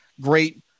great